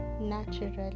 naturally